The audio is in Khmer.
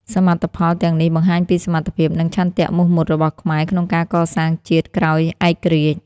សមិទ្ធផលទាំងនេះបង្ហាញពីសមត្ថភាព និងឆន្ទៈមោះមុតរបស់ខ្មែរក្នុងការកសាងជាតិក្រោយឯករាជ្យ។